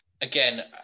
again